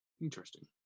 Interesting